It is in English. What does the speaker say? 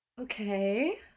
Okay